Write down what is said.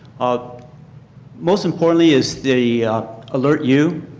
ah most importantly is the alert u.